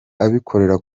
abikorera